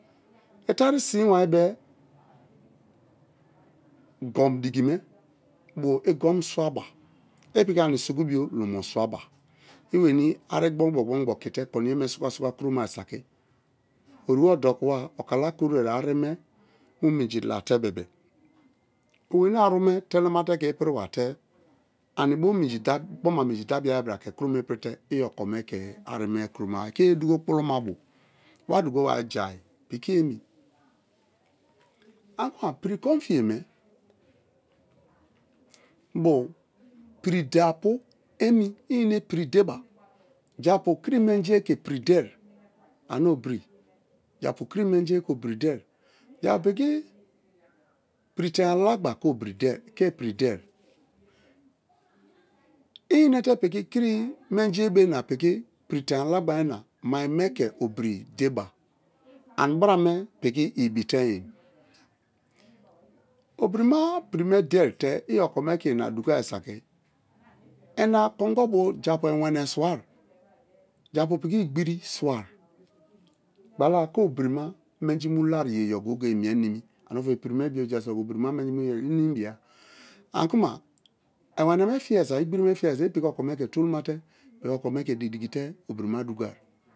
I̱ tari̱ si̱n wa be̱ gun diki me. bo i gun swaba i piki ani suku bio lu̱mo swaba í we̱ni ari gbon gbon okite koniyeme swa swa kronai saki̱ orive o du̱ku̱ wa o kala korue ari me mu minji la̱te̱be̱be̱-e oweni̱ aru̱ me telema te ke i̱pi̱ri̱ bate ani bo minji da bia bra ke kroma ipirite i oko me ke ari me kro ke duko kpulu ma bo̱ wa du̱kowai jai piki emi ani kuma pri konfiye me bo piri dei apu emi i̱ ine pre dẽba japu kiri menjiye ke pri̱ dẽ ane obiri japu ki̱ri̱ menji̱eje ke pi̱ri̱ dẽi japu piki pre dẽi alagba ke piri dẽi l in̄ate piki kĩri menji be̱ na piki pri dẽi alagba me na mai̱ me̱ ke prẽ dẽi ba ani bra me piki ibitem obrima prẽ me̱ dei te̱ i̱ okome ke̱ ĩna dugai saki i̱na kongo bio japu ewene swai japu piki igbẽrẽ swai gbala ke obirima menji mu lari̱ yeyo mi̱e ni̱mi̱ ane-ofor piri me bi̱o jasaki̱ obi̱ri̱ ma menji inimibia anikuma ewene fiyai saki igbiri one fĩyai i piki okome ke tolumate okomi ke diki yikite obirima dugai